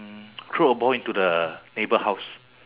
mm throw a ball into the neighbour house